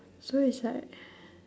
so it's like